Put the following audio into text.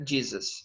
Jesus